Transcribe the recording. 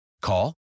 Call